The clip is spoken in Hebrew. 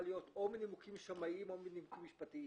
להיות או מנימוקים שמאיים או מנימוקים משפטיים.